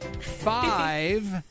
Five